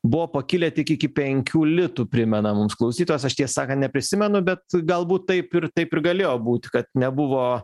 buvo pakilę tik iki penkių litų primena mums klausytojas aš tiesą sakant neprisimenu bet galbūt taip ir taip ir galėjo būt kad nebuvo